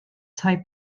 tai